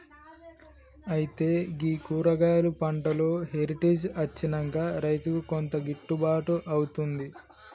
అయితే గీ కూరగాయలు పంటలో హెరిటేజ్ అచ్చినంక రైతుకు కొంత గిట్టుబాటు అవుతుంది